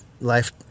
life